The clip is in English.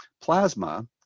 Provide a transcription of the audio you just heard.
plasma